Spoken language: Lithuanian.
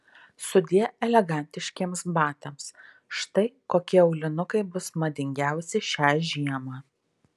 sudie elegantiškiems batams štai kokie aulinukai bus madingiausi šią žiemą